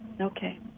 Okay